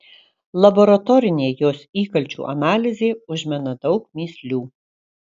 laboratorinė jos įkalčių analizė užmena daug mįslių